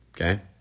Okay